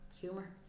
humor